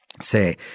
say